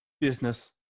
business